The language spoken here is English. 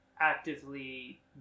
actively